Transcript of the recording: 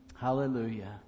Hallelujah